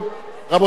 רבותי,